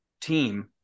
Team